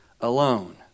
alone